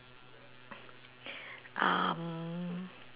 um